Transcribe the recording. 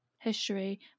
history